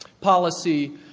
policy